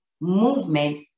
movement